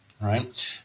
right